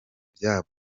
byabo